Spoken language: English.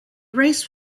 race